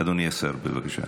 אדוני השר, בבקשה.